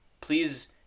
please